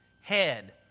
Head